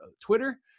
Twitter